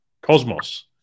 cosmos